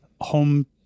home